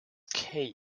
cage